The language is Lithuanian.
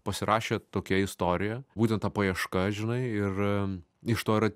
pasirašė tokia istorija būtent ta paieška žinai ir iš to ir